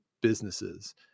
businesses